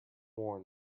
worn